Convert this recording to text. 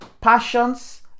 passions